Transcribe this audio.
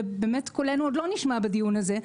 וקולנו עוד לא נשמע בדיון הזה,